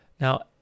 Now